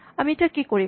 আমি এতিয়া কি কৰিম